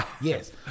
yes